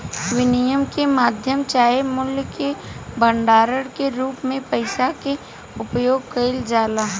विनिमय के माध्यम चाहे मूल्य के भंडारण के रूप में पइसा के उपयोग कईल जाला